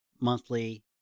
monthly